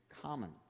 common